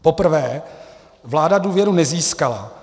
Poprvé vláda důvěru nezískala.